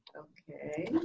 okay.